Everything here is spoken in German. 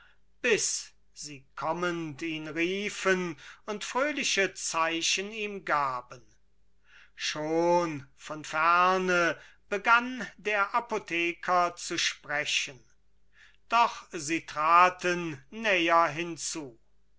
bis sie kommend ihn riefen und fröhliche zeichen ihm gaben schon von ferne begann der apotheker zu sprechen doch sie traten näher hinzu